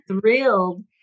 thrilled